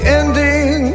ending